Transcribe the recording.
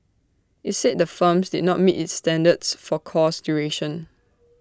IT said the firms did not meet its standards for course duration